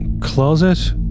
closet